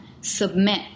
submit